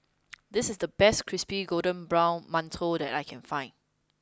this is the best crispy golden brown mantou that I can find